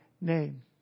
name